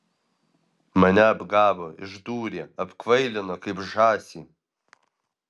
mane apgavo išdūrė apkvailino kaip žąsį